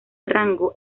rango